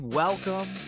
welcome